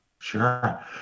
Sure